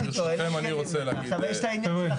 ברשותכם, משפט.